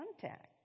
contact